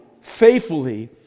faithfully